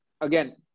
again